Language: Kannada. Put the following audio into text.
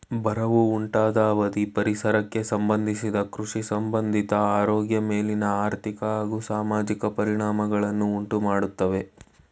ಬರವು ಉಂಟಾದ ಅವಧಿ ಪರಿಸರಕ್ಕೆ ಸಂಬಂಧಿಸಿದ ಕೃಷಿಸಂಬಂಧಿತ ಆರೋಗ್ಯ ಮೇಲಿನ ಆರ್ಥಿಕ ಹಾಗೂ ಸಾಮಾಜಿಕ ಪರಿಣಾಮಗಳನ್ನು ಉಂಟುಮಾಡ್ತವೆ